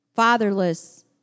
fatherless